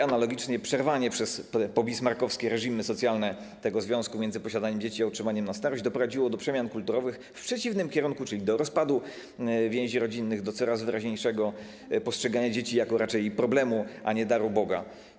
Analogicznie przerwanie przez pobismarckowskie reżimy socjalne związku między posiadaniem dzieci a utrzymaniem na starość doprowadziło do przemian kulturowych zmierzających w przeciwnym kierunku, czyli do rozpadu więzi rodzinnych, do coraz wyraźniejszego postrzegania dzieci jako raczej problemu, a nie daru Boga.